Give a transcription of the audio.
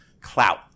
clout